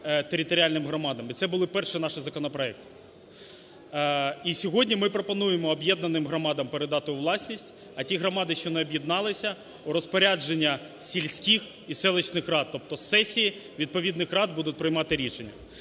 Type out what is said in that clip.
територіальним громадам. І це були перші наші законопроекти. І сьогодні ми пропонуємо об'єднаним громадам передати у власність, а ті громади, що не об'єдналися, у розпорядження сільських і селищних рад, тобто сесії відповідних рад будуть приймати рішення.